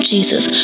Jesus